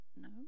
no